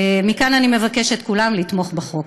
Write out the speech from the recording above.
מכאן אני מבקשת מכולם לתמוך בחוק.